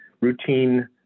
routine